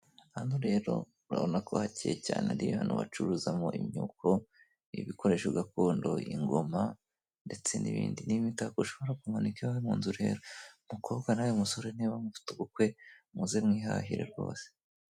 Hano rero urabona ko hakeye cyane ari ahantu bacuruza mo inyuko, ibikoresho gakondo ingoma, ndetse n'ibindi n'imitako ushobora kumanika i wawe mu nzu rero, umukobwa nawe musore niba mufite ubukwe, muze mwihahire rwose.